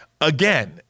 Again